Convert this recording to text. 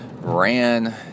ran